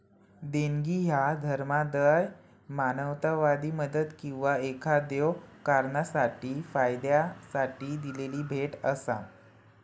देणगी ह्या धर्मादाय, मानवतावादी मदत किंवा एखाद्यो कारणासाठी फायद्यासाठी दिलेली भेट असा